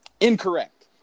incorrect